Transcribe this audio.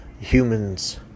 humans